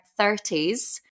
30s